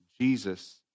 Jesus